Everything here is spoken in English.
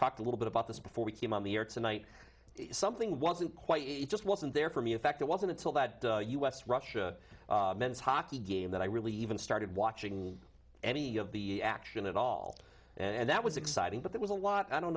talked a little bit about this before we came on the air tonight something wasn't quite it just wasn't there for me in fact it wasn't until that u s russia men's hockey game that i really even started watching any of the action at all and that was exciting but there was a lot i don't